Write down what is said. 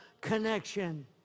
connection